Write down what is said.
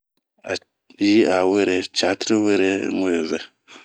A yi'a were ,ciatri were unwe vɛɛ.